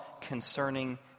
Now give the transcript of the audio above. concerning